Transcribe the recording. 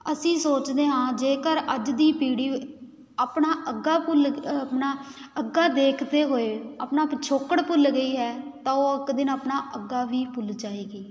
ਅਸੀਂ ਸੋਚਦੇ ਹਾਂ ਜੇਕਰ ਅੱਜ ਦੀ ਪੀੜ੍ਹੀ ਆਪਣਾ ਅੱਗਾ ਭੁੱਲ ਆਪਣਾ ਅੱਗਾ ਦੇਖਦੇ ਹੋਏ ਆਪਣਾ ਪਿਛੋਕੜ ਭੁੱਲ ਗਈ ਹੈ ਤਾਂ ਉਹ ਇੱਕ ਦਿਨ ਆਪਣਾ ਅੱਗਾ ਵੀ ਭੁੱਲ ਜਾਏਗੀ